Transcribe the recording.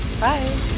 Bye